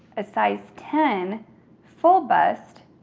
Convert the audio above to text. a size ten full bust,